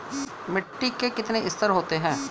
मिट्टी के कितने संस्तर होते हैं?